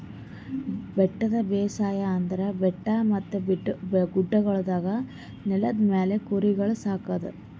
ಬೆಟ್ಟದ ಬೇಸಾಯ ಅಂದುರ್ ಬೆಟ್ಟ ಮತ್ತ ಗುಡ್ಡಗೊಳ್ದ ನೆಲದ ಮ್ಯಾಲ್ ಕುರಿಗೊಳ್ ಸಾಕದ್